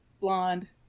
blonde